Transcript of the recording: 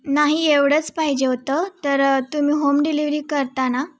नाही एवढंच पाहिजे होतं तर तुम्ही होम डिलिव्हरी करता ना